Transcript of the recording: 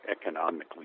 economically